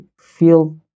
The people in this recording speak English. feel